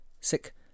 sick